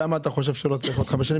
למה אתה חושב שאתה לא צריך עוד חמש שנים?